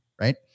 right